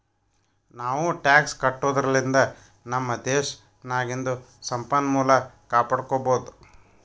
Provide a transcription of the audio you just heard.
ನಾವೂ ಟ್ಯಾಕ್ಸ್ ಕಟ್ಟದುರ್ಲಿಂದ್ ನಮ್ ದೇಶ್ ನಾಗಿಂದು ಸಂಪನ್ಮೂಲ ಕಾಪಡ್ಕೊಬೋದ್